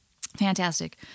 Fantastic